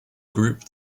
group